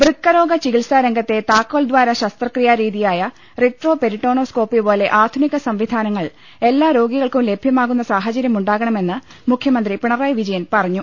വൃക്കരോഗ ചികിത്സാരംഗത്തെ താക്കോൽദ്വാര ശസ്ത്രക്രിയാരീതിയായ റിട്രോപെരിറ്റോണോസ്കോപ്പി പോലെ ആധുനിക സംവിധാനങ്ങൾ എല്ലാ രോഗി കൾക്കും ലഭ്യമാകുന്ന സാഹചര്യമുണ്ടാകണമെന്ന് മുഖ്യ മന്ത്രി പിണറായി വിജയൻ പറഞ്ഞു